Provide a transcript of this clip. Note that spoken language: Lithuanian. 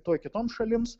tuoj kitoms šalims